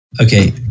Okay